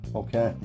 okay